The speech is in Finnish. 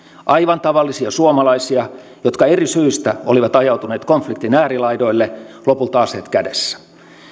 aivan tavallisia suomalaisia jotka eri syistä olivat ajautuneet konfliktin äärilaidoille lopulta aseet kädessä